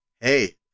hey